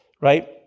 right